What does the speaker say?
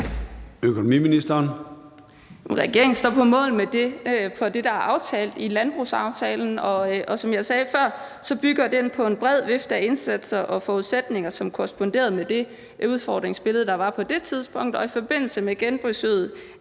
Lose): Regeringen står på mål for det, der er aftalt i landbrugsaftalen. Og som jeg sagde før, bygger den på en bred vifte af indsatser og forudsætninger, som korresponderede med det udfordringsbillede, der var på det tidspunkt, og i forbindelse med genbesøget